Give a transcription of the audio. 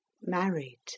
married